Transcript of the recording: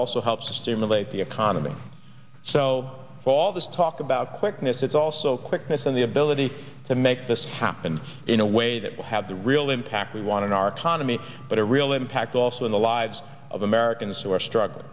also helps to stimulate the economy so all this talk about quickness it's also quickness and the ability to make this happen in a way that will have the real impact we want in our economy but a real impact also in the lives of americans who are struggling